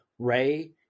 Ray